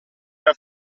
era